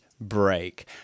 break